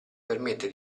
permette